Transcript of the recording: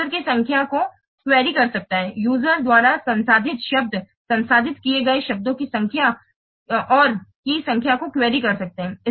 users की संख्या को क्वेरी कर सकता है यूजरस द्वारा संसाधित शब्द संसाधित किए गए शब्दों की संख्या और की संख्या को क्वेरी कर सकते हैं